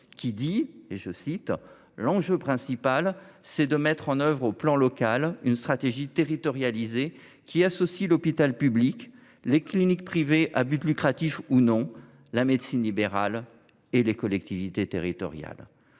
Cour des comptes dit que l’enjeu principal, c’est de « mettre en œuvre, au niveau local, une stratégie territorialisée, qui associe l’hôpital public, les cliniques privées à but lucratif ou non, la médecine libérale et les collectivités territoriales ».